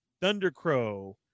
Thundercrow